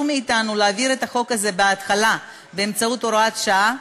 מאתנו להעביר את החוק הזה בהתחלה כהוראת שעה.